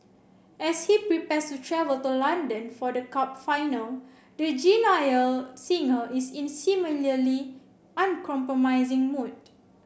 as he prepares to travel to London for the cup final the genial singer is in similarly uncompromising mood